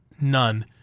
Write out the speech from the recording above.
None